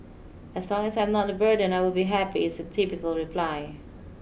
as long as I'm not a burden I will be happy is a typical reply